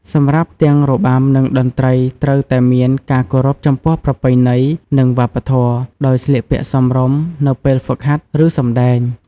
សម្រាប់ទាំងរបាំ និងតន្ត្រី ត្រូវតែមាន ការគោរពចំពោះប្រពៃណី និងវប្បធម៌ ដោយស្លៀកពាក់សមរម្យនៅពេលហ្វឹកហាត់ ឬសម្តែង។